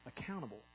accountable